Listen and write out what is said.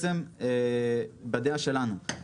וזאת הדעה שלנו,